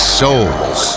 souls